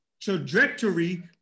trajectory